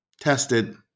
tested